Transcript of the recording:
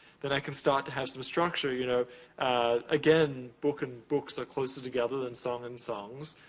then i can start to have some structure. you know again, book and books are closer together than song and songs,